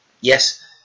Yes